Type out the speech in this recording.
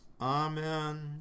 Amen